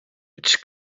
its